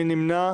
מי נמנע?